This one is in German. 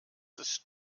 ist